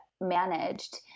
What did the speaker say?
managed